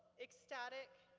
ecstatic,